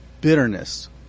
bitterness